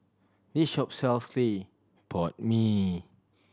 this shop sells clay pot mee